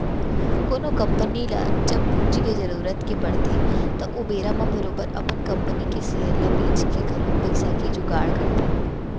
कोनो कंपनी ल जब पूंजी के जरुरत के पड़थे त ओ बेरा म बरोबर अपन कंपनी के सेयर ल बेंच के घलौक पइसा के जुगाड़ करथे